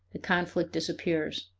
the conflict disappears.